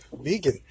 vegan